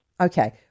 Okay